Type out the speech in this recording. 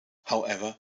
however